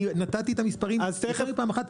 נתתי את המספרים יותר מפעם אחת.